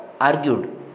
argued